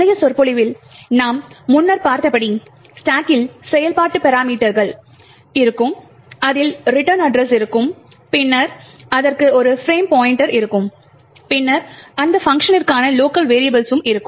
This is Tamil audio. முந்தைய சொற்பொழிவில் நாம் முன்னர் பார்த்தபடி ஸ்டாக்கில் செயல்பாட்டு பராமீட்டர்கள் இருக்கும் அதில் ரிட்டர்ன் அட்ரஸ் இருக்கும் பின்னர் அதற்கு ஒரு பிரேம் பாய்ண்ட்டர் இருக்கும் பின்னர் அந்த பங்க்ஷனிற்கான லோக்கல் வெரியபிள்ஸும் இருக்கும்